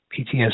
PTSD